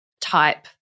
type